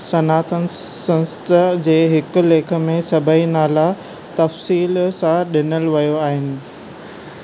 सनातन संस्था जे हिकु लेखु में सभई नाला तफ़्सीलु सां डि॒नल विया आहिनि